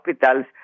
hospitals